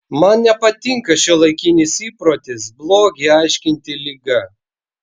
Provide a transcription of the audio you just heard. man nepatinka šiuolaikinis įprotis blogį aiškinti liga